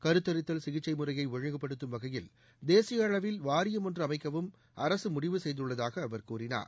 கருத்தித்தல் சிகிச்சை முறையை ஒழுங்குப்படுத்தும் வகையில் தேசிய அளவில் வாரியம் ஒன்று அமைக்கவும் அரசு முடிவு செய்துள்ளதாக அவர் கூறினார்